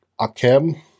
Akem